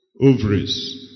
ovaries